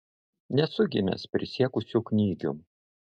nesu gimęs prisiekusiu knygium